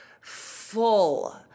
full